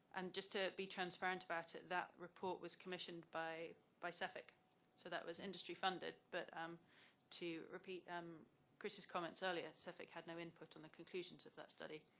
and just to be transparent about it, that report was commissioned by by so cefic so that was industry-funded but um to repeat um chris' comments earlier, cefic had no input on the conclusions of that study.